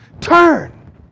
Turn